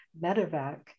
medevac